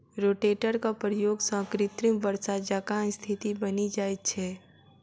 रोटेटरक प्रयोग सॅ कृत्रिम वर्षा जकाँ स्थिति बनि जाइत छै